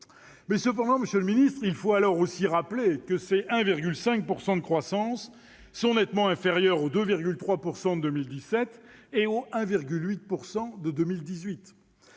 Cependant, monsieur le ministre, il faut aussi rappeler que ce 1,5 % de croissance est nettement inférieur aux 2,3 % de 2017 et au 1,8 % de 2018.